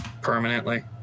permanently